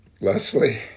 Leslie